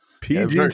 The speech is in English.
PG